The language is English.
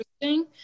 interesting